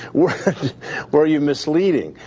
or where are you misleading?